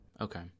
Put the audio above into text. Okay